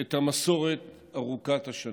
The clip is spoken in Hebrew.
את המסורת ארוכת השנים.